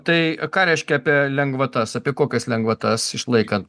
tai ką reiškia apie lengvatas apie kokias lengvatas išlaikant